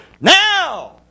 Now